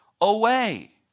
away